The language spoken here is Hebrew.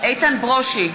איתן ברושי,